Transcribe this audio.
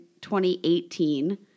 2018